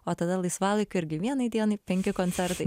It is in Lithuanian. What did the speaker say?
o tada laisvalaikiu irgi vienai dienai penki koncertai